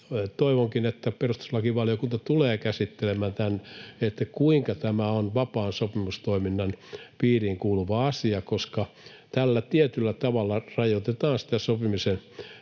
toivonkin, että perustuslakivaliokunta tulee käsittelemään sitä, kuinka tämä on vapaan sopimustoiminnan piiriin kuuluva asia, koska tällä tietyllä tavalla rajoitetaan sopimisen